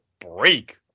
break